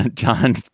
and john.